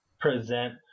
present